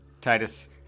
Titus